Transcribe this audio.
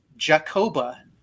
Jacoba